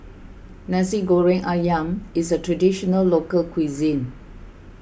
Nasi Goreng Ayam is a Traditional Local Cuisine